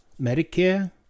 Medicare